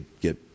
get